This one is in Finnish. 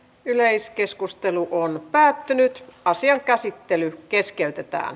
yleiskeskustelu päättyi ja asian käsittely keskeytettiin